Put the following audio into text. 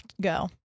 go